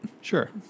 Sure